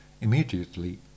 Immediately